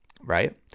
right